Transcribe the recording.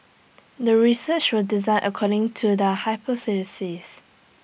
the research was designed according to the hypothesis